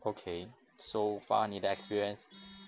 okay so far 你的 experience